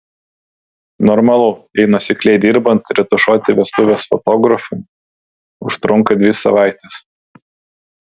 normalu jei nuosekliai dirbant retušuoti vestuves fotografui užtrunka dvi savaites